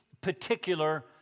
particular